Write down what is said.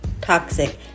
toxic